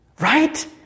Right